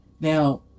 Now